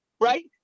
right